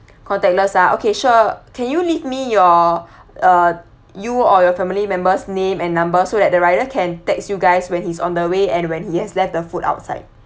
contactless ah okay sure can you let me your uh you or your family member's name and number so that the rider can text you guys when he's on the way and when he has left the food outside